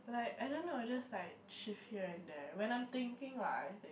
like I don't know I just like shift here and there when I'm thinking lah I think